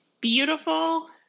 beautiful